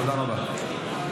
תודה רבה.